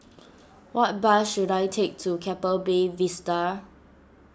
what bus should I take to Keppel Bay Vista